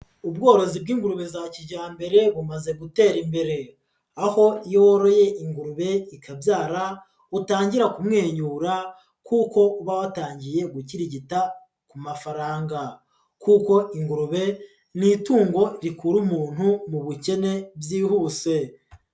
Ubworozi bw'ingurube za kijyambere bumaze gutera imbere, aho iyo woroye ingurube ikabyara utangira kumwenyura kuko uba watangiye gukirigita ku mafaranga, kuko ingurube ni itungo rikura umuntu mu bukene byihuse.